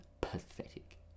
pathetic